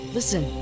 Listen